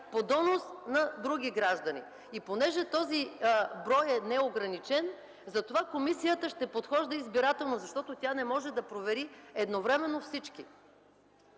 по донос на други граждани. И понеже този брой е неограничен, затова комисията ще подхожда избирателно, защото тя не може да провери едновременно всички.